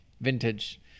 Vintage